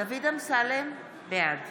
דוד אמסלם, בעד